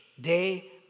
day